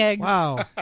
Wow